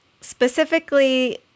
specifically